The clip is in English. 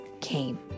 came